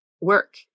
work